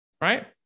right